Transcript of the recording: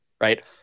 right